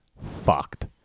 fucked